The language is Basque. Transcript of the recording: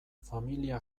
familia